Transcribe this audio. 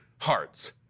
hearts